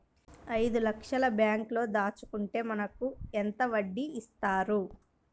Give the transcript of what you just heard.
ఐదు లక్షల బ్యాంక్లో దాచుకుంటే మనకు ఎంత వడ్డీ ఇస్తారు?